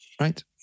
right